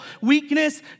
weakness